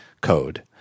code